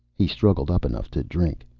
he struggled up enough to drink.